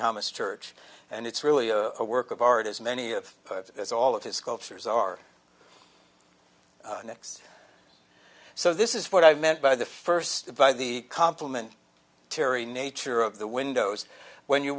thomas church and it's really a work of art as many of popes as all of his sculptures are next so this is what i meant by the first by the complement terry nature of the windows when you